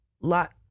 lot